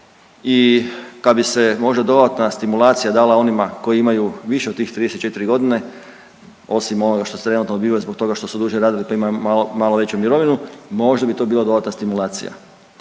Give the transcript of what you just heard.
i kad bi se možda dodatna stimulacija dala onima koji imaju više od tih 34.g. osim onoga što su trenutno dobivali zbog toga što su duže radili, pa imaju malo veću mirovinu, možda bi to bila dodatna stimulacija.